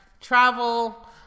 travel